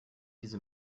diese